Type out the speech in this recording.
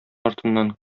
артыннан